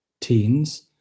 teens